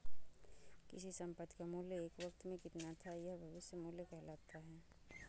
किसी संपत्ति का मूल्य एक वक़्त में कितना था यह भविष्य मूल्य कहलाता है